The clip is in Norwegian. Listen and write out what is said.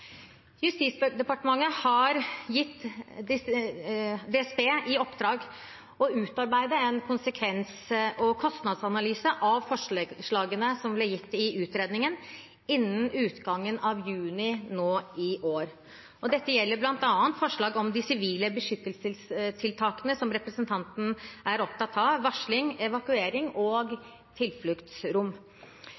Justisdepartementet har gitt DSB i oppdrag å utarbeide en konsekvens- og kostnadsanalyse av forslagene som ble gitt i utredningen, innen utgangen av juni i år. Dette gjelder bl.a. forslag om de sivile beskyttelsestiltakene som representanten er opptatt av: varsling, evakuering og